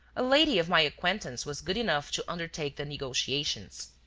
a lady of my acquaintance was good enough to undertake the negotiations.